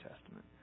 Testament